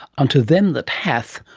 unto them that hath,